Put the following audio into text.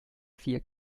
vier